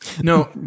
No